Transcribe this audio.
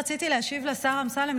רציתי להשיב לשר אמסלם,